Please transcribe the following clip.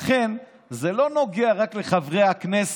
לכן זה לא נוגע רק לחברי הכנסת.